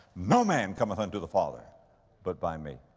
no man cometh unto the father but by me.